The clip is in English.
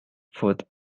food